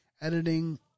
editing